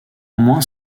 moins